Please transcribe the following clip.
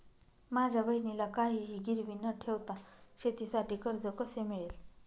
माझ्या बहिणीला काहिही गिरवी न ठेवता शेतीसाठी कर्ज कसे मिळेल?